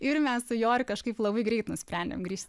ir mes su joriu kažkaip labai greit nusprendėm grįžt